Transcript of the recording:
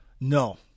No